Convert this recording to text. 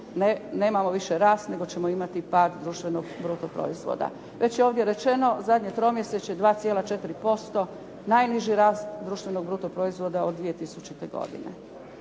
nemamo više rast, nego ćemo imati pad društvenog bruto proizvoda. Već je ovdje rečeno, zadnje tromjesečje 2,4% najniži rast društvenog bruto proizvoda od 2000. godine.